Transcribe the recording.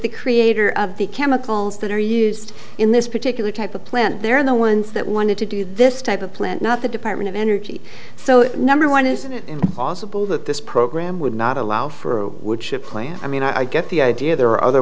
the creator of the chemicals that are used in this particular type of plant they're the ones that wanted to do this type of plant not the department of energy so number one isn't it possible that this program would not allow for a wood chip plant i mean i get the idea there are other